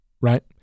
Right